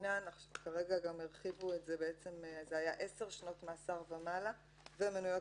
שדינן היה 10 שנות מאסר ומעלה והן מנויות